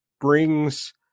brings